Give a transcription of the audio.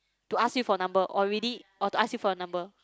to ask you for number already to ask you for your number